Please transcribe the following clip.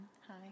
Hi